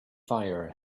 fire